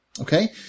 Okay